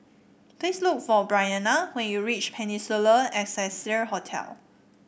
please look for Bryana when you reach Peninsula Excelsior Hotel